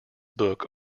books